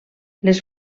les